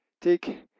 Take